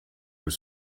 were